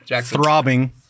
Throbbing